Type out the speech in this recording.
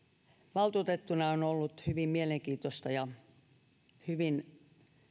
valtuutettuna on ollut hyvin mielenkiintoista ja hyvin